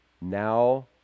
Now